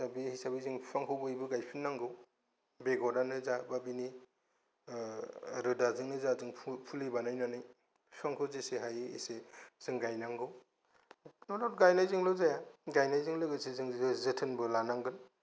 दा बे हिसाबै जों फिफांखौ बयबो गायफिननांगौ बेगरानो जा बेनि रोदाजोंनो जा फुलि बानायनानै फिफांखौ जेसे हायो एसे जों गायनांगौ न दावट गायनायजोंल' जाया गायनायजों लोगोसे जों जोथोनबो लानांगोन